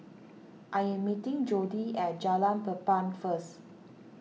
I am meeting Jordy at Jalan Papan first